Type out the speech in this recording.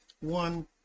one